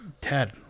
Ted